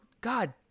God